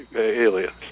aliens